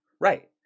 Right